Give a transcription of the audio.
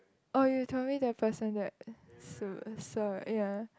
oh you told me that person that so~ sorry ya